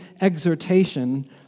exhortation